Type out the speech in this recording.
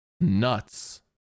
nuts